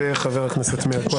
חבר הכנסת מאיר כהן, בבקשה.